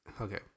okay